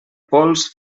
pols